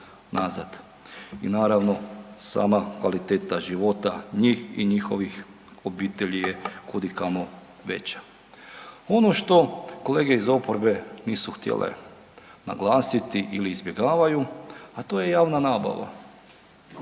I naravno, sama kvaliteta života njih i njihovih obitelji je kud i kamo veća. Ono što kolege iz oporbe nisu htjele naglasiti ili izbjegavaju, a to je javna nabava.